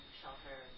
shelter